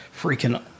freaking